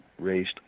Raised